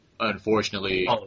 Unfortunately